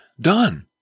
done